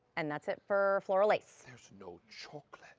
and that's it for floral lace. there's no chocolate.